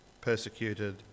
persecuted